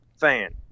fan